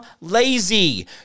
lazy